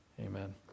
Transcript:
Amen